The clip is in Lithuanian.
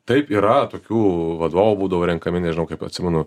taip yra tokių vadovų būdavo renkami nežinau kaip atsimenu